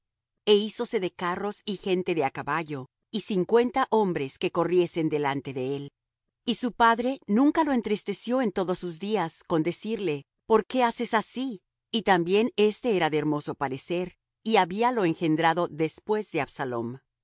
e hízose de carros y gente de á caballo y cincuenta hombres que corriesen delante de él y su padre nunca lo entristeció en todos sus días con decirle por qué haces así y también éste era de hermoso parecer y habíalo engendrado después de absalom